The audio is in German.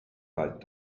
bald